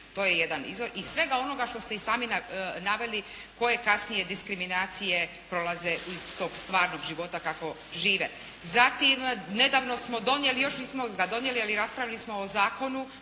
To je jedan izvor iz svega onoga što ste naveli, koje kasnije diskriminacije prolaze iz tog stvarnog života kako žive. Zatim, nedavno smo donijeli, još nismo ga donijeli, ali raspravili smo o Zakonu